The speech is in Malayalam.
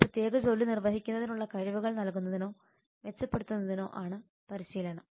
ഒരു പ്രത്യേക ജോലി നിർവഹിക്കുന്നതിനുള്ള കഴിവുകൾ നൽകുന്നതിനോ മെച്ചപ്പെടുത്തുന്നതിനോ ആണ് പരിശീലനം